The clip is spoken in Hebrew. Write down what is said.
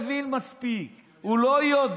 העם, הוא לא מבין מספיק, הוא לא יודע.